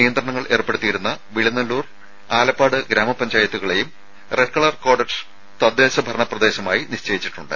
നിയന്ത്രണങ്ങൾ ഏർപ്പെടുത്തിയിരുന്ന വെളിനല്ലൂർ ആലപ്പാട് ഗ്രാമ പഞ്ചായത്തുകളെയും റെഡ് കളർ കോഡഡ് തദ്ദേശ ഭരണ പ്രദേശമായി നിശ്ചയിച്ചിട്ടുണ്ട്